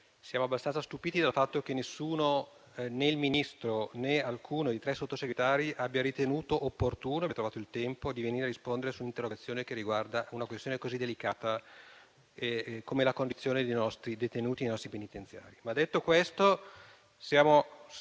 siamo abbastanza stupiti dal fatto che né il Ministro né alcuno dei tre Sottosegretari abbiano ritenuto opportuno e abbiano trovato il tempo di venire a rispondere su un'interrogazione che riguarda una questione così delicata come la condizione dei detenuti nei nostri penitenziari. Detto questo, sono